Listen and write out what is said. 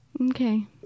Okay